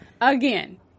Again